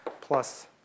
plus